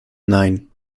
nein